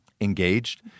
engaged